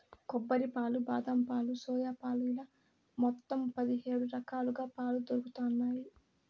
కొబ్బరి పాలు, బాదం పాలు, సోయా పాలు ఇలా మొత్తం పది హేడు రకాలుగా పాలు దొరుకుతన్నాయి